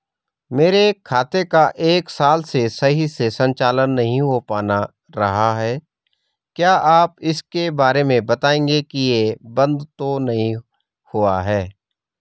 मेरे खाते का एक साल से सही से संचालन नहीं हो पाना रहा है क्या आप इसके बारे में बताएँगे कि ये बन्द तो नहीं हुआ है?